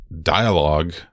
dialogue